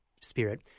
spirit